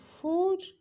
food